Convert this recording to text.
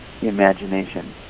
imagination